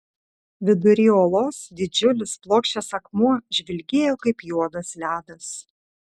vidury olos didžiulis plokščias akmuo žvilgėjo kaip juodas ledas